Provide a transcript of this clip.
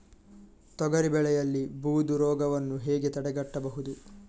ತೊಗರಿ ಬೆಳೆಯಲ್ಲಿ ಬೂದು ರೋಗವನ್ನು ಹೇಗೆ ತಡೆಗಟ್ಟಬಹುದು?